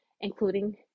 including